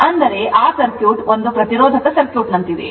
ಅಂದರೆ ಆ ಸರ್ಕ್ಯೂಟ್ ಒಂದು ಪ್ರತಿರೋಧಕ ಸರ್ಕ್ಯೂಟ್ನಂತಿದೆ